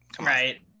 right